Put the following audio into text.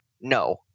no